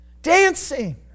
Dancing